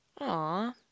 Aw